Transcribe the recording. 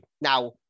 Now